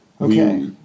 Okay